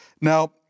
Now